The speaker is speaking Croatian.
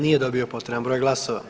Nije dobio potreban broj glasova.